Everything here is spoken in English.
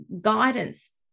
guidance